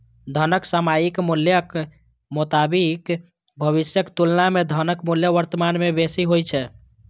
धनक सामयिक मूल्यक मोताबिक भविष्यक तुलना मे धनक मूल्य वर्तमान मे बेसी होइ छै